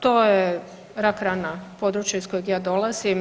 To je rak rana, područje iz kojeg ja dolazim.